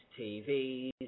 TVs